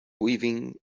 weaving